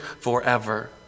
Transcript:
forever